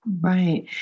Right